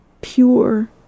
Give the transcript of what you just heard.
pure